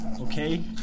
Okay